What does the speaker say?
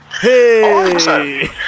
Hey